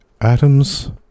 atoms